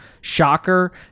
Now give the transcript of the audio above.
shocker